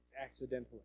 accidentally